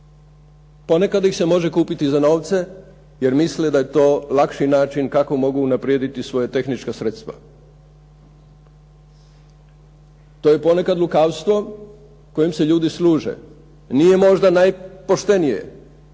Ponekad ih se može kupiti za novce jer misle da je to lakši način kako mogu unaprijediti svoj tehnička sredstva. To je ponekad lukavstvo kojim se ljudi služe. Nije možda najpoštenije,